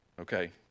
okay